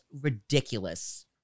ridiculous